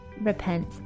repent